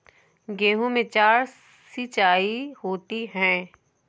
गेहूं में चार सिचाई होती हैं